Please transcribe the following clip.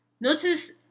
Notice